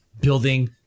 building